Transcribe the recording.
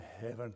heaven